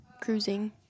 cruising